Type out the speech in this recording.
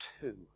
two